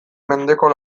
mendeko